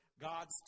God's